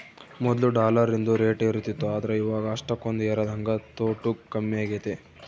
ಮೊದ್ಲು ಡಾಲರಿಂದು ರೇಟ್ ಏರುತಿತ್ತು ಆದ್ರ ಇವಾಗ ಅಷ್ಟಕೊಂದು ಏರದಂಗ ತೊಟೂಗ್ ಕಮ್ಮೆಗೆತೆ